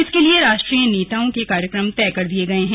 इसके लिए राष्ट्रीय नेताओं के कार्यक्रम तय कर दिए गए हैं